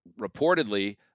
reportedly